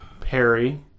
Perry